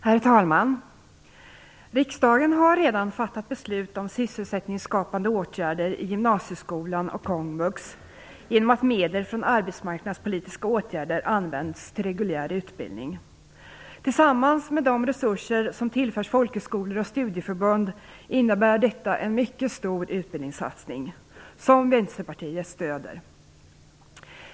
Herr talman! Riksdagen har redan fattat beslut om sysselsättningsskapande åtgärder i gymnasieskolan och komvux genom att medel för arbetsmarknadspolitiska åtgärder används till reguljär utbildning. Tillsammans med de resurser som tillförs folkhögskolor och studieförbund innebär detta en mycket stor utbildningssatsning som Vänsterpartiet stöder.